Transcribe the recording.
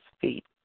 feet